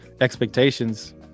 expectations